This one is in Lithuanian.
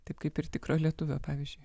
taip kaip ir tikro lietuvio pavyzdžiui